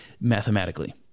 mathematically